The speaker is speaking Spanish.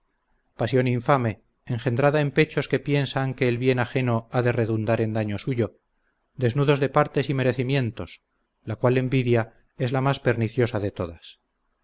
pasión infame engendrada en pechos que piensan que el bien ajeno ha de redundar en daño suyo desnudos de partes y merecimientos la cual envidia es la más perniciosa de todas